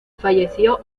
falleció